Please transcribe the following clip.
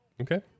Okay